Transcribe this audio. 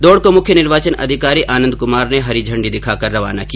दौड को मुख्य निर्वाचन अधिकारी आनन्द कुमार ने हरी झण्डी दिखाकर रवाना किया